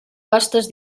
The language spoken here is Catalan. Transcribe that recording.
gastes